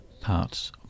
parts